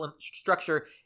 structure